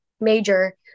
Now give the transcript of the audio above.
major